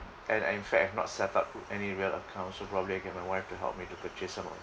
and in fact I've not set up put any real accounts so probably I get my wife to help me to purchase some of